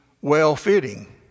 well-fitting